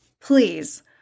please